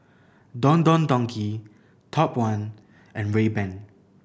Don Don Donki Top One and Rayban